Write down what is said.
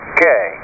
Okay